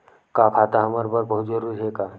का खाता हमर बर बहुत जरूरी हे का?